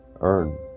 earn